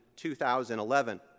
2011